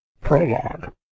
Prologue